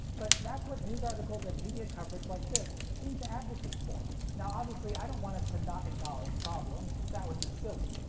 but that's what news articles and media coverage like this seem to advocate for. now, obviously i don't want us to not acknowledge problems. that would be silly.